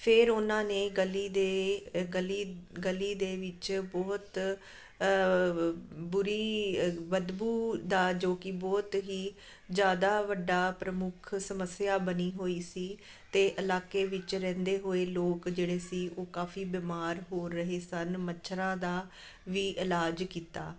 ਫਿਰ ਉਹਨਾਂ ਨੇ ਗਲੀ ਦੇ ਅ ਗਲੀ ਗਲੀ ਦੇ ਵਿੱਚ ਬਹੁਤ ਬੁਰੀ ਬਦਬੂ ਦਾ ਜੋ ਕਿ ਬਹੁਤ ਹੀ ਜ਼ਿਆਦਾ ਵੱਡਾ ਪ੍ਰਮੁੱਖ ਸਮੱਸਿਆ ਬਣੀ ਹੋਈ ਸੀ ਅਤੇ ਇਲਾਕੇ ਵਿੱਚ ਰਹਿੰਦੇ ਹੋਏ ਲੋਕ ਜਿਹੜੇ ਸੀ ਉਹ ਕਾਫੀ ਬਿਮਾਰ ਹੋ ਰਹੇ ਸਨ ਮੱਛਰਾਂ ਦਾ ਵੀ ਇਲਾਜ ਕੀਤਾ